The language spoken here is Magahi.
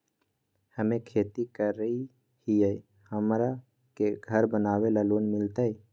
हमे खेती करई हियई, हमरा के घर बनावे ल लोन मिलतई?